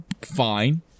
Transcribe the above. fine